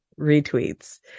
retweets